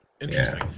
Interesting